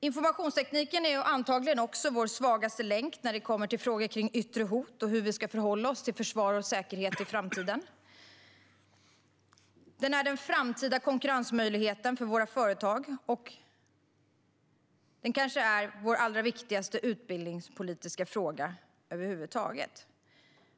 Informationstekniken är antagligen också vår svagaste länk när det kommer till frågor om yttre hot och hur vi ska förhålla oss till försvar och säkerhet i framtiden. Den är den framtida konkurrensmöjligheten för våra företag, och den är kanske vår allra viktigaste utbildningspolitiska fråga över huvud taget.